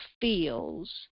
feels